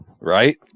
right